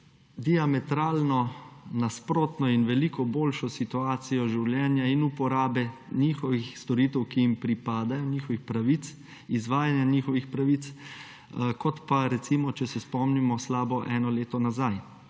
diametralno nasprotno in veliko boljšo situacijo življenja in uporabo njihovih storitev, ki jim pripadajo, njihovih pravic, izvajanja njihovih pravic, kot pa recimo, če se spomnimo, slabo eno leto nazaj.